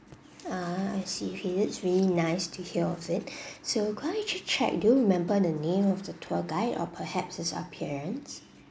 ah I see okay it's really nice to hear of it so could I just check do you remember the name of the tour guide or perhaps his appearance